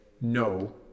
no